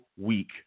week